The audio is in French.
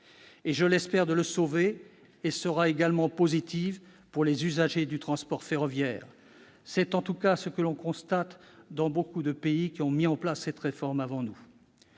et, je l'espère, de le sauver. Elle sera également positive pour les usagers du transport ferroviaire. C'est en tout cas ce que l'on constate dans beaucoup de pays qui ont mis en oeuvre cette réforme avant nous.